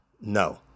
No